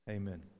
Amen